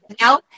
now